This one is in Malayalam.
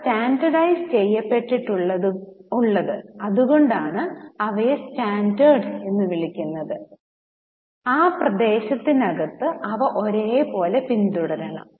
അവ സ്റ്റാൻഡേർഡൈസ് ചെയ്യപ്പെട്ടിട്ടുള്ളത് അതുകൊണ്ടാണ് അവയെ സ്റ്റാൻഡേർഡ് എന്ന് വിളിക്കുന്നത് ആ പ്രദേശത്തിനകത്ത് അവ ഒരേപോലെ പിന്തുടരണം